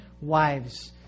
wives